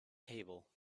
table